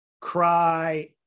cry